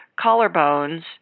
collarbones